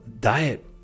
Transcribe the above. diet